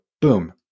boom